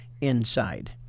inside